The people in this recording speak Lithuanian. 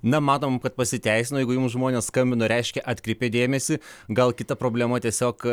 na matom kad pasiteisino jeigu jums žmonės skambino reiškia atkreipė dėmesį gal kita problema tiesiog